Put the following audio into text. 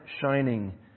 shining